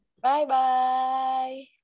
Bye-bye